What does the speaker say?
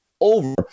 over